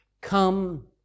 Come